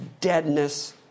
deadness